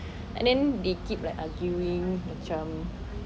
but then they keep like arguing macam